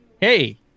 hey